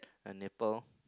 a nipple